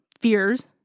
fears